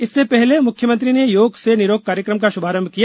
इससे पहले मुख्यमंत्री ने योग से निरोग कार्यक्रम का शुभारम्भ किया